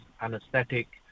anesthetic